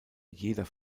jeder